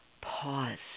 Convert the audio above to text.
pause